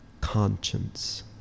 conscience